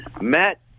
Matt